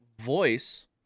voice